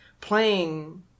playing